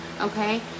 okay